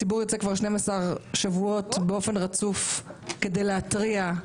הציבור יוצא כבר 12 שבועות באופן רצוף כדי להתריע,